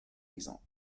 exemple